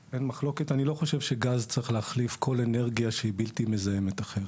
אני לא חושב שגז צריך להחליף כל אנרגיה שהיא בלתי מזהמת אחרת.